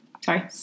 Sorry